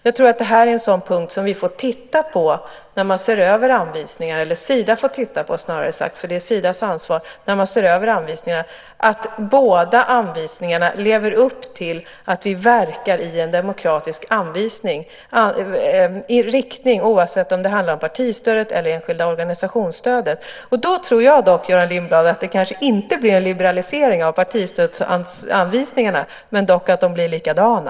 Jag tror att det här är en sådan punkt som vi - eller snarare Sida, för det är Sidas ansvar - får titta på vid översynen av anvisningarna, alltså att båda anvisningarna lever upp till att vi verkar i demokratisk riktning oavsett om det handlar om partistödet eller om det handlar om stödet till enskilda organisationer. Jag tror, Göran Lindblad, att det då kanske inte blir en liberalisering av partistödsanvisningarna men dock att de blir likadana.